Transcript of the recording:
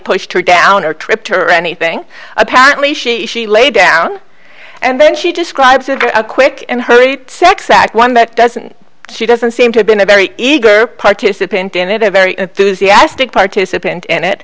pushed her down or tripped or anything apparently she she laid down and then she describes it as a quick and hurried sex act one that doesn't she doesn't seem to have been a very eager participant in it a very enthusiastic participant in it